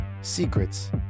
secrets